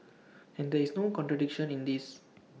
and there is no contradiction in this